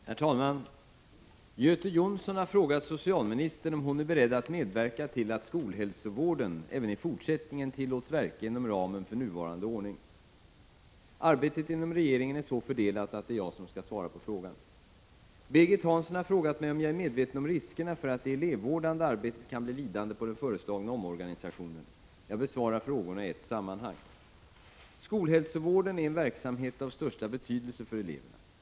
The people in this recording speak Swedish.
Herr talman! Göte Jonsson har frågat socialministern om hon är beredd att medverka till att skolhälsovården även i fortsättningen tillåts verka inom ramen för nuvarande ordning. Arbetet inom regeringen är så fördelat att det är jag som skall svara på frågan. Birgit Hansson har frågat mig om jag är medveten om riskerna för att det elevvårdande arbetet kan bli lidande på den föreslagna omorganisationen. Jag besvarar frågorna i ett sammanhang. Skolhälsovården är en verksamhet av största betydelse för eleverna.